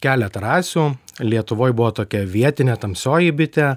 keletą rasių lietuvoje buvo tokia vietinė tamsioji bitė